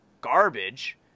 garbage